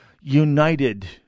united